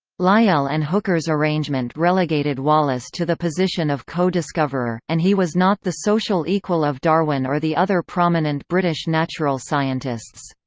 lyell and hooker's arrangement relegated wallace to the position of co-discoverer, and he was not the social equal of darwin or the other prominent british natural scientists.